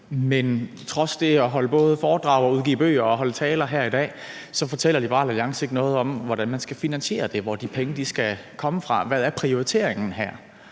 Men trods det, at man både holder foredrag og udgiver bøger og holder taler her i dag, fortæller Liberal Alliance ikke noget om, hvordan man skal finansiere det, hvor de penge skal komme fra, hvad prioriteringen er